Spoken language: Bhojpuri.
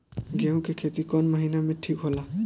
गेहूं के खेती कौन महीना में ठीक होला?